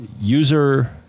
user